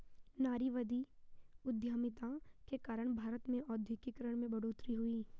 नारीवादी उधमिता के कारण भारत में औद्योगिकरण में बढ़ोतरी हुई